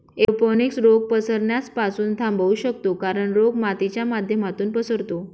aeroponics रोग पसरण्यास पासून थांबवू शकतो कारण, रोग मातीच्या माध्यमातून पसरतो